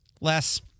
less